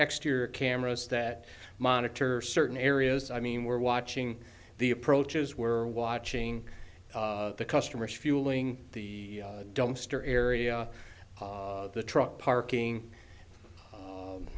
extra cameras that monitor certain areas i mean we're watching the approaches were watching the customers fueling the dumpster area the truck parking